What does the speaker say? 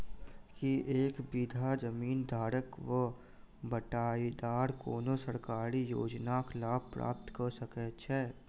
की एक बीघा जमीन धारक वा बटाईदार कोनों सरकारी योजनाक लाभ प्राप्त कऽ सकैत छैक?